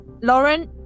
Lauren